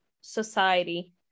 society